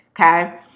okay